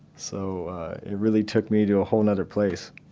so really took me to a whole and other place.